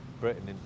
Britain